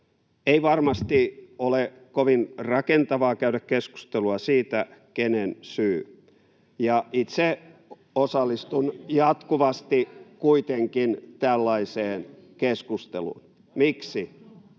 Ei varmasti ole kovin rakentavaa käydä keskustelua siitä, kenen syy, ja itse osallistun jatkuvasti kuitenkin tällaiseen keskusteluun.